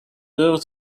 earth